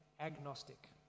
agnostic